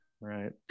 Right